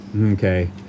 okay